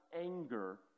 anger